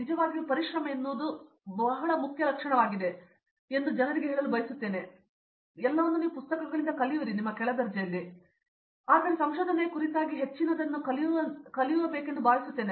ನಿಜವಾಗಿಯೂ ಪರಿಶ್ರಮ ಎನ್ನುವುದು ನಾನು ಊಹಿಸುವ ಪ್ರಮುಖ ಲಕ್ಷಣವಾಗಿದೆ ಎಂದು ನಿಮಗೆ ತಿಳಿದಿದೆ ಎಂದು ಜನರಿಗೆ ಹೇಳಲು ನಾನು ಬಯಸುತ್ತೇನೆ ಏಕೆಂದರೆ ನಿಮ್ಮ ಕೆಳ ದರ್ಜೆಯಂತೆ ನೀವು ಪುಸ್ತಕಗಳಿಂದ ಕಲಿಯುವಿರಿ ಮತ್ತು ಎಲ್ಲವನ್ನೂ ನಿಮಗೆ ಎಸೆಯಲಾಗುತ್ತದೆ ಮಾತ್ರ ಆದರೆ ಸಂಶೋಧನೆಯ ಕುರಿತಾಗಿ ಹೆಚ್ಚಿನದನ್ನು ಕಲಿಯುವೆನೆಂದು ನಾನು ಭಾವಿಸುತ್ತೇನೆ